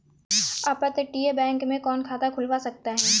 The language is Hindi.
अपतटीय बैंक में कौन खाता खुलवा सकता है?